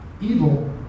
Evil